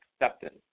acceptance